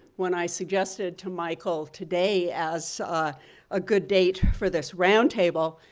when i suggested to michael today as ah a good date for this round table,